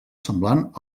semblant